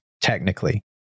technically